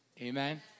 Amen